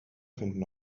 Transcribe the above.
finden